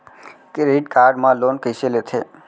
Credit card मा loan कइसे लेथे?